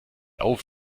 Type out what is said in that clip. auf